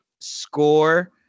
score